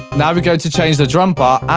now we go to change the drum part